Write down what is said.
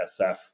SF